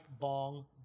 bong